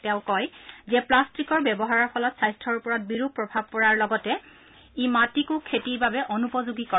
তেওঁ কয় যে প্লাষ্টিকৰ ব্যৱহাৰৰ ফলত স্বাস্থ্যৰ ওপৰত বিৰূপ প্ৰভাৱ পৰাৰ লগতে ই মাটিকো খেতিৰ বাবে অনুপযোগী কৰে